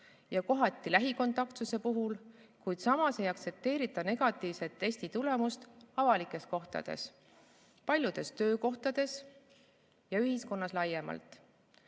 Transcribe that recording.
ja kohati lähikontaktsuse puhul, samas ei aktsepteerita negatiivset testitulemust avalikes kohtades, paljudes töökohtades ja ühiskonnas laiemalt.